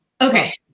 Okay